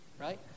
right